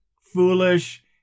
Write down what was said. foolish